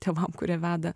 tėvam kurie veda